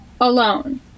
Alone